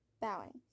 bowing